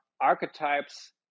archetypes